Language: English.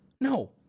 no